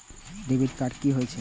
Debit card की होय छे?